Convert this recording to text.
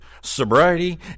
sobriety